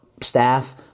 staff